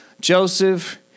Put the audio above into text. Joseph